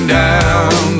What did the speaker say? down